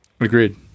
agreed